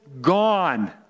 gone